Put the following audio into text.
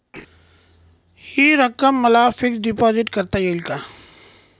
हि रक्कम मला फिक्स डिपॉझिट करता येईल का?